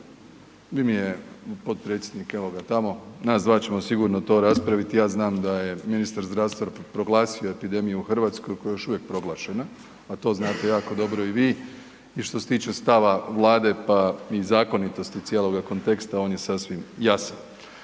… potpredsjednike, evo ga tamo, nas dva ćemo to sigurno raspraviti, ja znam da je ministar zdravstva proglasio epidemiju u Hrvatskoj koja je još uvijek proglašena, a to znate jako dobro i vi. I što se tiče stava Vlada i zakonitosti cijeloga konteksta on je sasvim jasan.